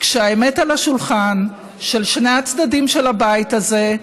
כשהאמת על השולחן של שני הצדדים של הבית הזה,